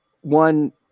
one